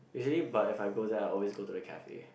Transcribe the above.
usually but if I go there I always go to the cafe